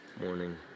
morning